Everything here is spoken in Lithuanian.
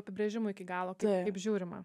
apibrėžimo iki galo kaip žiūrima